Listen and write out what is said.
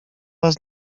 was